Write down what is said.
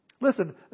Listen